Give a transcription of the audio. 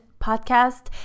podcast